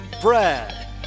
Brad